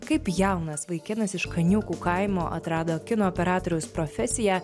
kaip jaunas vaikinas iš kaniūkų kaimo atrado kino operatoriaus profesiją